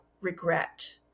regret